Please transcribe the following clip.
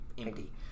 empty